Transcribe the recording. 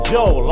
Joe